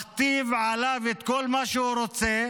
מכתיב לו את כל מה שהוא רוצה.